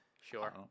Sure